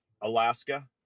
Alaska